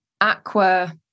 aqua